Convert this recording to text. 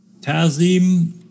Tazim